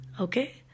Okay